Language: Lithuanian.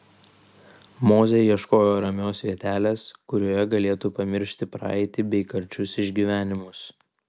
mozė ieškojo ramios vietelės kurioje galėtų pamiršti praeitį bei karčius išgyvenimus